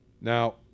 Now